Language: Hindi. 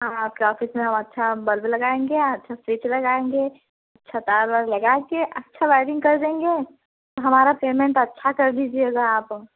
हाँ आपके ऑफिस में हम अच्छा बल्ब लगाएँगे अच्छा स्विच लगाएँगे अच्छा तार वार लगाकर अच्छा वायरिंग कर देंगे हमारा पेमेंट अच्छा कर दीजिएगा आप